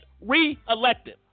re-elected